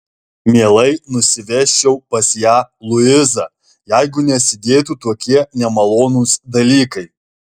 mielai nusivežčiau pas ją luizą jeigu nesidėtų tokie nemalonūs dalykai